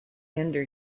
ender